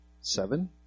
seven